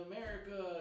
America